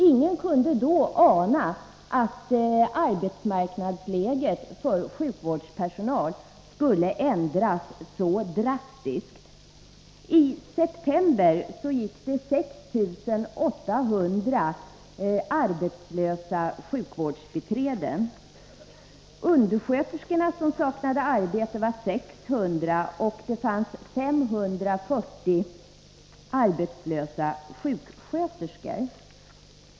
Ingen kunde då ana att arbetsmarknadsläget för sjukvårdspersonal skulle ändras så drastiskt. I september gick 6 800 sjukvårdsbiträden arbetslösa. Undersköterskorna som saknade arbete var 600, och det fanns 540 arbetslösa sjuksköterskor.